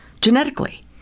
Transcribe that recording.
genetically